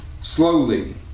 Slowly